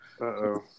Uh-oh